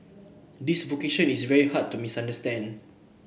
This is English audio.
this vocation is very hard to misunderstand